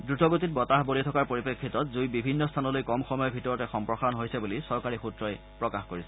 দ্ৰুতগতিত বতাহ বলি থকাৰ পৰিপ্ৰেক্ষিতত জুই বিভিন্ন স্থানলৈ কম সময়ৰ ভিতৰতে সম্প্ৰসাৰণ হৈছে বুলি চৰকাৰী সূত্ৰই প্ৰকাশ কৰিছে